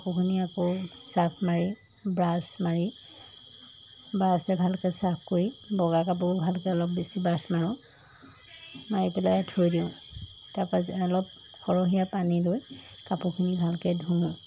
কাপোৰখিনি আকৌ ছাৰ্ফ মাৰি ব্ৰাছ মাৰি ব্ৰাছে ভালকৈ চাফ কৰি বগা কাপোৰ ভালকৈ অলপ বেছি ব্ৰাছ মাৰোঁ মাৰি পেলাই থৈ দিওঁ তাৰপাছত অলপ সৰহীয়া পানী লৈ কাপোৰখিনি ভালকৈ ধুওঁ